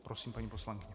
Prosím, paní poslankyně.